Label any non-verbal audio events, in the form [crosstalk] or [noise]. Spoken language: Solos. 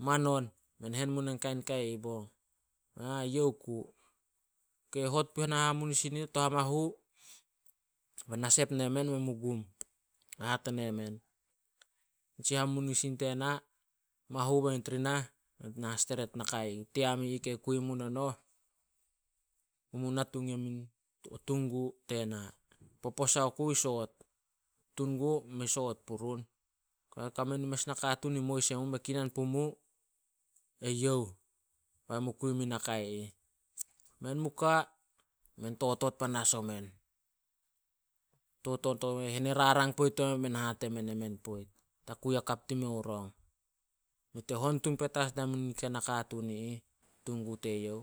"Manon, men hen munah kain ih bong." "Ah, youh ku." [unintelligible] Hot punai hamunisin i ih, to hamahu, ba na sep nemen, men mu gum, hate nemen, "Nitsi hamunisin tena, mahu be nit ri nah, be nit na hastreet nakai ih, team i ih kei kui mu monoh, mu natung yem o tun gu tena. Poposa oku i soot, tun gu mei soot purun. [unintelligible] kame mes nakatuun i mois emu, mei kainan pumu eyouh bai mu kai mui nak ih." Men mu ka, men totot panas omen, totot omen, henarang poit omen. Be men e hate men emen poit. "Ta kui hakap di meo rong. Nit e hon tun petas dia nika tin nakatun i ih, tun gu teyouh."